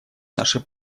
наше